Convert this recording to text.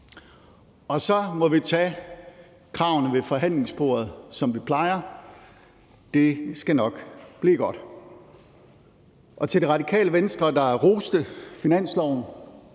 Og så må vi tage kravene ved forhandlingsbordet, som vi plejer. Det skal nok blive godt. Til Radikale Venstre, der roste forslaget